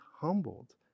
humbled